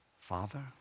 Father